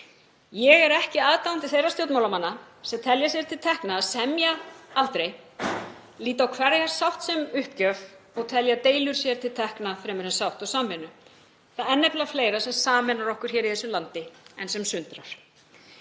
Ég er ekki aðdáandi þeirra stjórnmálamanna sem telja sér til tekna að semja aldrei, líta á hverja sátt sem uppgjöf og telja deilur sér til tekna fremur en sátt og samvinnu. Það er nefnilega fleira sem sameinar okkur í þessu landi en sem sundrar.